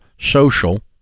social